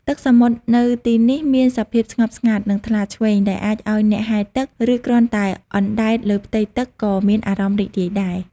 ទឹកសមុទ្រនៅទីនេះមានសភាពស្ងប់ស្ងាត់ និងថ្លាឆ្វេង ដែលអាចឲ្យអ្នកហែលទឹក ឬគ្រាន់តែអណ្តែតលើផ្ទៃទឹកក៏មានអារម្មណ៍រីករាយដែរ។